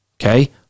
Okay